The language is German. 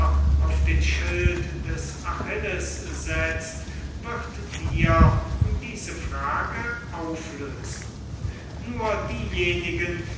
auf den schild des achilles setzt wird dir diese frage auflösen nur diejenigen